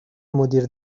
مدیر